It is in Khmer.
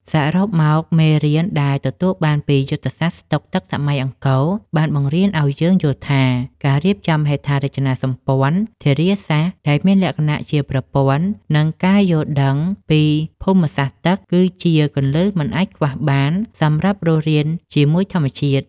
សរុបមក មេរៀនដែលទទួលបានពីយុទ្ធសាស្ត្រស្តុកទឹកសម័យអង្គរ បានបង្រៀនឱ្យយើងយល់ថា ការរៀបចំហេដ្ឋារចនាសម្ព័ន្ធធារាសាស្ត្រដែលមានលក្ខណៈជាប្រព័ន្ធ និងការយល់ដឹងពីភូមិសាស្ត្រទឹក គឺជាគន្លឹះមិនអាចខ្វះបានសម្រាប់រស់រានជាមួយធម្មជាតិ។